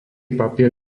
papier